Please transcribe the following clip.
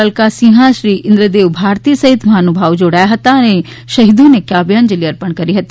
અલકા સિંહા શ્રી ઈન્દ્રદેવ ભારતી સહિત મહાનુભાવો જોડાયા હતા અને શહીદોને કાવ્યાંજલિ અર્પણ કરી હતી